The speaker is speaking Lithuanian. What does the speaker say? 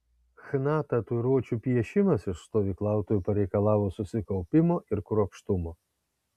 chna tatuiruočių piešimas iš stovyklautojų pareikalavo susikaupimo ir kruopštumo